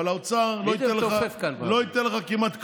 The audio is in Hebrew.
אבל האוצר לא ייתן לך כמעט כלום.